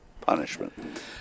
punishment